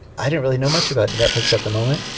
i didn't really know much about netflix at the moment,